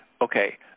Okay